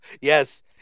Yes